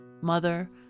mother